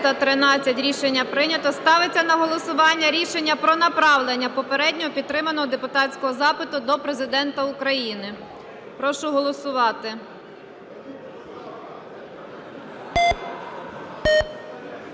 Рішення прийнято. Ставиться на голосування рішення про направлення попередньо підтриманого депутатського запиту до Президента України. Прошу голосувати.